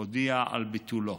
הודיע על ביטולו.